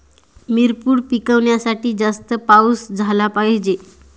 मिरपूड पिकवण्यासाठी जास्त पाऊस झाला पाहिजे